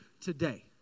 today